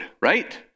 right